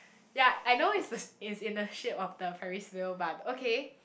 ya I know its the it's in a shape of the ferris wheel but okay